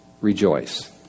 rejoice